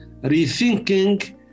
rethinking